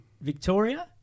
Victoria